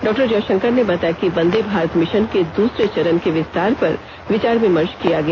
डॉ जयशंकर ने बताया कि वंदेभारत मिशन के दूसरे चरण के विस्तार पर विचार विमर्श किया गया